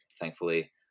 thankfully